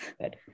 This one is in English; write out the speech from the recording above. Good